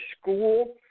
school